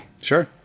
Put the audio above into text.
sure